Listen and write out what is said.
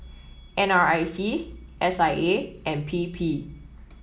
N R I C S I A and P P